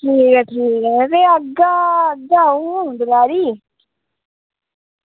ठीक ऐ ठीक ऐ ते अं'ऊ औगी दपैह्रीं